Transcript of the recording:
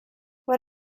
what